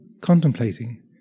contemplating